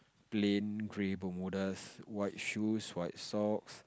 plain grey bermudas white shoes white socks